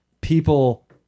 people